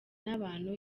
n’abantu